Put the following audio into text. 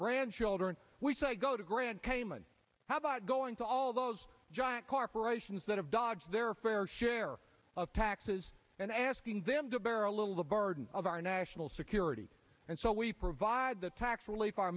grandchildren we say go to grand cayman how about going to all those giant corporations that have dodged their fair share of taxes and asking them to bear a little the burden of our national security and so we provide the tax relief